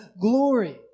glory